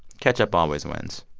ketchup always wins.